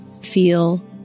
feel